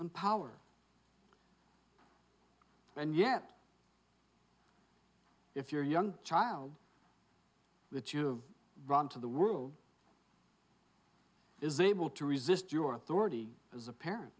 and power and yet if your young child that you run to the world is able to resist your authority as a parent